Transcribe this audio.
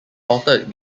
altered